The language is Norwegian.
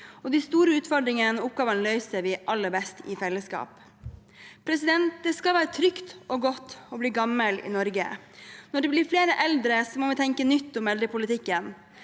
De store utfordringene og oppgavene løser vi aller best i fellesskap. Det skal være trygt og godt å bli gammel i Norge. Når det blir flere eldre, må vi tenke nytt om eldrepolitikken.